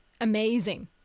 amazing